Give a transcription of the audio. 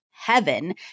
heaven